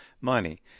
money